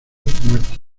muerte